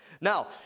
Now